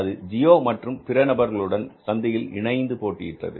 அது ஜியோ மற்றும் பிற நபர்களுடன் சந்தையில் இணைந்து போட்டியிட்டது